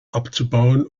abzubauen